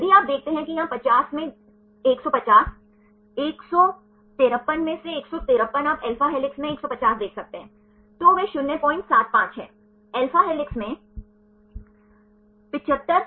छात्र i and i4 I और i 4 कुछ मामले जिन्हें आप i और i 3 के बीच हाइड्रोजन बंधन देख सकते हैं और कुछ मामले आप i और i 5 देख सकते हैं